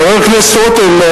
חבר הכנסת רותם,